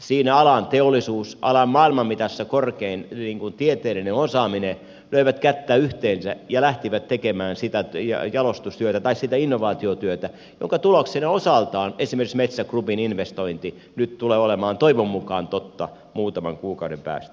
siinä alan teollisuus ja alan maailman mitassa korkein tieteellinen osaaminen löivät kättä yhteen ja lähtivät tekemään sitä innovaatiotyötä jonka tuloksena osaltaan esimerkiksi metsä groupin investointi nyt tulee olemaan toivon mukaan totta muutaman kuukauden päästä